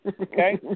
Okay